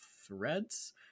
Threads